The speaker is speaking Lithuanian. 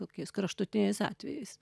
kokiais kraštutiniais atvejais